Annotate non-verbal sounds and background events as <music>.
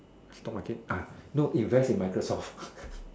supermarket ah no invest in Microsoft <laughs>